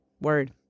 Word